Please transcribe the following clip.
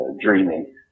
dreaming